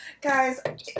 Guys